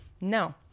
No